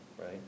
right